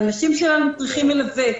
האנשים שלנו צריכים מלווה.